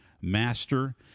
master